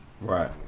Right